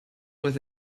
with